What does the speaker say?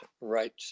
right